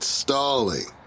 stalling